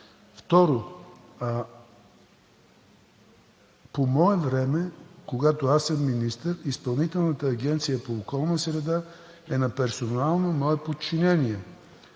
Второ, по мое време, когато аз съм министър, Изпълнителната агенция по околна среда е на персонално мое подчинение.